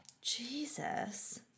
Jesus